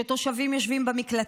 ראוי היה שהדיונים יתקיימו סביב המצב